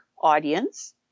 audience